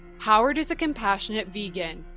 howard is a compassionate vegan.